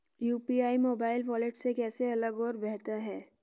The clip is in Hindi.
यू.पी.आई मोबाइल वॉलेट से कैसे अलग और बेहतर है?